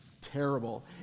terrible